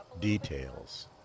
details